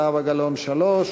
זהבה גלאון עם שלוש,